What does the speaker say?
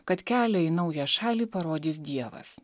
kad kelią į naują šalį parodys dievas